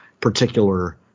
particular